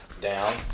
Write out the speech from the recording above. down